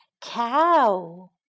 Cow